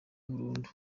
burundu